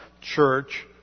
church